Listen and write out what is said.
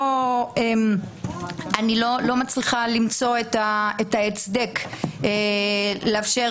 אני לא מצליחה למצוא את ההצדקה לאפשר